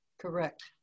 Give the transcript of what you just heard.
Correct